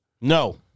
no